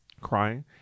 crying